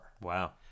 Wow